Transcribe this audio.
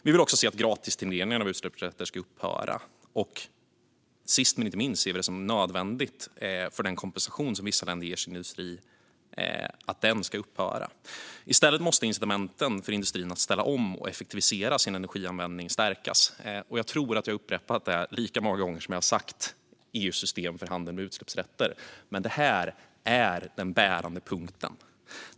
Vi vill också att gratistilldelningen av utsläppsrätter ska upphöra. Sist men inte minst ser vi det som nödvändigt att den kompensation som vissa länder ger sin industri ska upphöra. I stället måste incitamenten för industrin att ställa om och effektivisera sin energianvändning stärkas. Jag tror att jag har upprepat detta lika många gånger som jag har sagt "EU:s system för handel med utsläppsrätter", men det här är den bärande punkten.